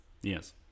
Yes